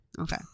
Okay